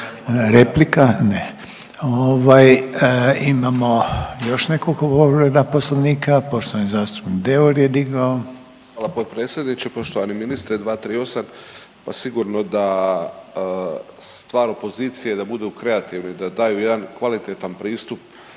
Ovaj imamo još nekoliko povreda poslovnika, poštovani zastupnik Deur je dignuo. **Deur, Ante (HDZ)** Hvala potpredsjedniče. Poštovani ministre, 238., pa sigurno da stvar opozicije je da budu kreativni, da daju jedan kvalitetan pristup